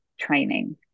training